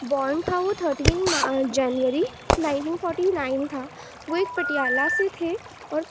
burn تھا وہ thirteen January nineteen forty nine تھا وہ ایک پٹیالہ سے تھے اور